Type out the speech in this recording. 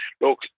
look